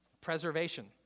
Preservation